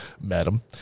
Madam